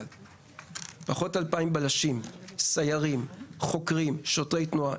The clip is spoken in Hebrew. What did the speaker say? פחות 2,000 בלשים, סיירים, חוקרים, שוטרי תנועה.